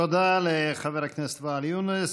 תודה לחבר הכנסת ואאל יונס.